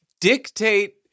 dictate